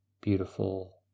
beautiful